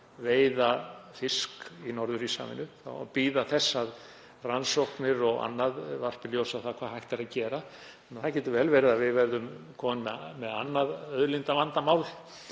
veiða fisk í Norður-Íshafinu, kannski ætti að bíða þess að rannsóknir og annað varpi ljósi á hvað hægt er að gera. Það getur vel verið að við verðum komin með annað auðlindavandamál